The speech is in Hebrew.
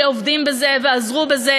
שעובדים בזה ועזרו בזה,